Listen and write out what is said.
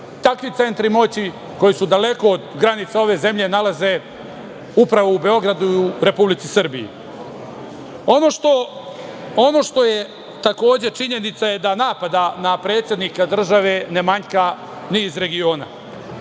takvi centri moći koji su daleko od granica ove zemlje nalaze upravo u Beogradu i u Republici Srbiji. Ono što je takođe činjenica je da napada na predsednika države ne manjka ni iz regiona.